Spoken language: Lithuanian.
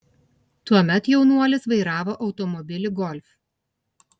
tuomet jaunuolis vairavo automobilį golf